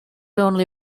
only